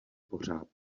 pořád